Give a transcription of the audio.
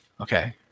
Okay